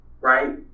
right